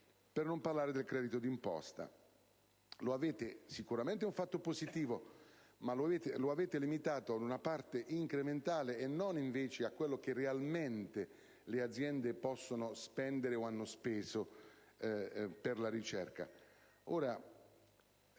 Per non parlare del credito d'imposta, che sicuramente è un fatto positivo, ma che avete limitato ad una parte incrementale, e non a ciò che invece le aziende realmente possono spendere o hanno speso per la ricerca.